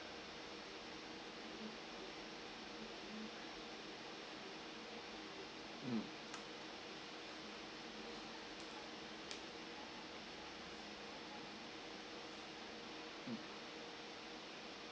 mm mm